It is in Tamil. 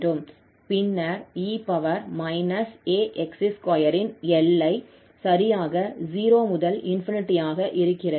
பின்னர் e ax2 ன் எல்லை சரியாக 0 முதல் ∞ ஆக இருக்கிறது